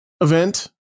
event